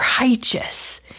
righteous